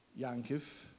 Yankif